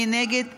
מי נגד ההסתייגות?